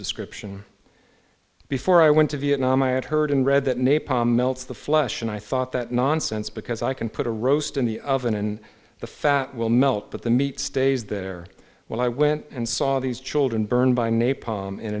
description before i went to vietnam i had heard and read that napalm melts the flesh and i thought that nonsense because i can put a roast in the oven in the fat will melt but the meat stays there when i went and saw these children burned by napalm and